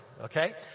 Okay